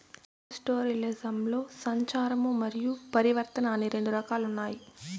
పాస్టోరలిజంలో సంచారము మరియు పరివర్తన అని రెండు రకాలు ఉన్నాయి